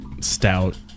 stout